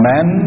Man